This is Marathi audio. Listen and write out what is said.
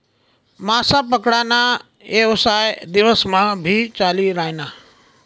मासा पकडा ना येवसाय दिवस मा भी चाली रायना